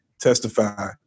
testify